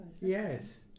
Yes